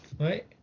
right